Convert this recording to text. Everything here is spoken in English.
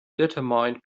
determined